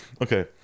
Okay